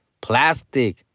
plastic